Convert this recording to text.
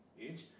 age